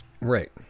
Right